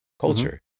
culture